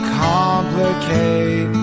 complicate